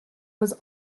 was